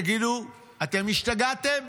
תגידו, אתם השתגעתם?